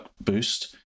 Boost